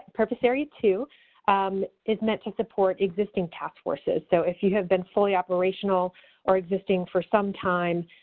purpose area two is meant to support existing task forces. so, if you have been fully operational or existing for some time,